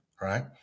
right